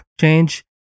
change